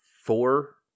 four